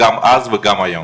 גם אז וגם היום.